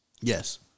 Yes